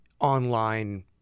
online